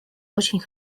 очень